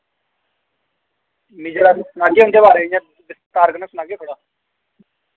मिगी अज्ज सनागे उ'न्दे बारै इ'यां विस्तार कन्नै सनागे थोह्ड़ा